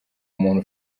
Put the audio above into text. umuntu